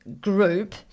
group